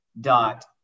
dot